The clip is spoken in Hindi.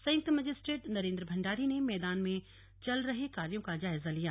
संयुक्त मजिस्ट्रेट नरेन्द्र भण्डारी ने मैदान में चल रहे कार्यों का जायजा लिया